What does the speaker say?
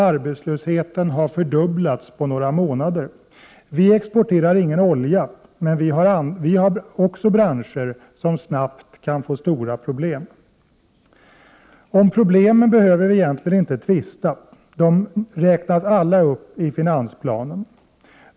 Arbetslösheten har fördubblats på några månader. Vi exporterar inte olja, men också vi har branscher som snabbt kan få stora problem. Om problemen behöver vi egentligen inte tvista. De räknas alla upp i finansplanen.